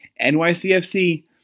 NYCFC